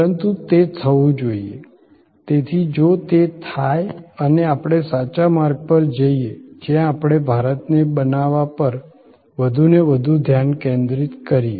પરંતુ તે થવું જોઈએ તેથી જો તે થાય અને આપણે સાચા માર્ગ પર જઈએ જ્યાં આપણે ભારતને બનાવવા પર વધુને વધુ ધ્યાન કેન્દ્રિત કરીએ